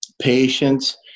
patience